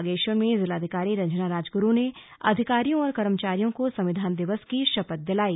बागेश्वर में जिलाधिकरी रंजना राजगुरू ने अधिकारियों और कर्मचारियों को संविधान दिवस की शपथ दिलाई